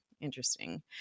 interesting